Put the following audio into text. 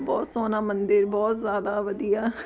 ਬਹੁਤ ਸੋਹਣਾ ਮੰਦਰ ਬਹੁਤ ਜ਼ਿਆਦਾ ਵਧੀਆ